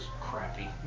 crappy